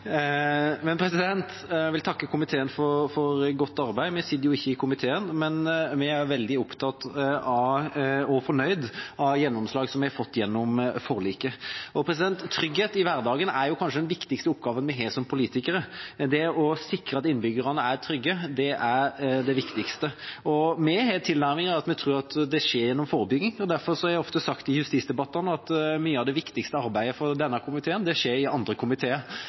Jeg vil takke komiteen for godt arbeid. Kristelig Folkeparti sitter ikke i komiteen, men vi er veldig opptatt av og fornøyd med gjennomslag som vi har fått gjennom forliket. Trygghet i hverdagen er kanskje den viktigste oppgaven vi har som politikere. Det å sikre at innbyggene er trygge, er det viktigste. Vi har den tilnærmingen at vi tror at det skjer gjennom forebygging. Derfor har jeg ofte sagt i justisdebattene at mye av det viktigste arbeidet til denne komiteen skjer i andre komiteer.